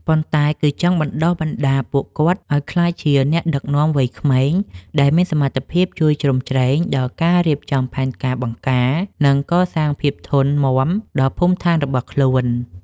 ប៉ុន្តែគឺចង់បណ្ដុះបណ្ដាលពួកគាត់ឱ្យក្លាយជាអ្នកដឹកនាំវ័យក្មេង ដែលមានសមត្ថភាពជួយជ្រោមជ្រែងដល់ការរៀបចំផែនការបង្ការ និងកសាងភាពធន់មាំដល់ភូមិឋានរបស់ខ្លួន។